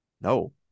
no